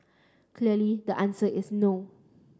clearly the answer is no